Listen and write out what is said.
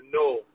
No